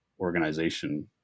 organization